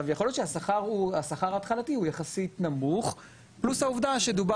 יכול להיות שהשכר ההתחלתי הוא יחסית נמוך פלוס העובדה שמדובר